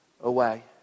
away